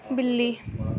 ਬਿੱਲੀ